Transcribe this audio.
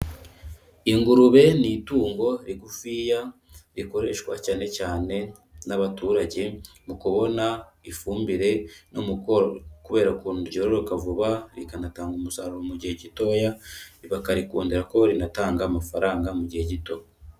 Ingurube ni itungo rigufiya rikoreshwa cyane cyane n'abaturage, mu kubona ifumbire no mu korora, kubera ukuntu byoroka vuba rikanatanga umusaruro mu gihe gitoya, bakarikundira ko rinatanga amafaranga mu gihe gito.